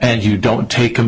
and you don't take